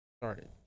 started